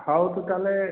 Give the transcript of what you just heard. ହଉ ତୁ ତା'ହେଲେ